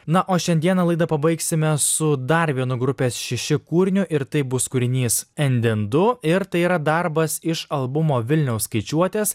na o šiandieną laida pabaigsime su dar vienu grupės šiši kūriniu ir tai bus kūrinys en den du ir tai yra darbas iš albumo vilniaus skaičiuotes